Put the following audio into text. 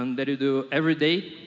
um that do do every day.